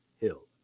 Hill